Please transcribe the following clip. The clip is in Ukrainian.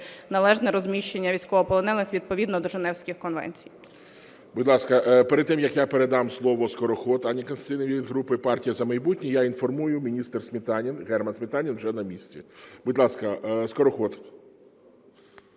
належне розміщення військовополонених відповідно до Женевських конвенцій. ГОЛОВУЮЧИЙ. Будь ласка, перед тим, як я передам слово Скороход Анні Костянтинівні, від групи "Партія "За майбутнє", я інформую, міністр Сметанін, Герман Сметанін вже на місці. Будь ласка, Скороход.